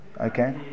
Okay